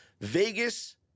Vegas